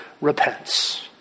repents